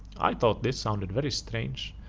i thought this sounded very strange,